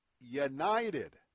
United